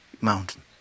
mountain